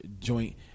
joint